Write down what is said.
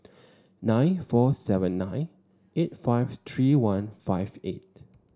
nine four seven nine eight five three one five eight